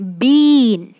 bean